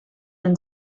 and